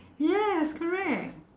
yes correct